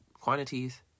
quantities